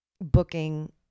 booking